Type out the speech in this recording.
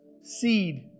seed